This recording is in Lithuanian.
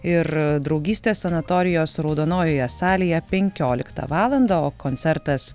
ir draugystės sanatorijos raudonojoje salėje penkioliktą valandą o koncertas